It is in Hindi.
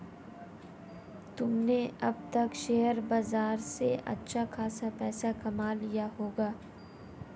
तुमने अब तक शेयर बाजार से अच्छा खासा पैसा कमा लिया होगा